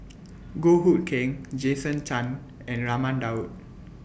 Goh Hood Keng Jason Chan and Raman Daud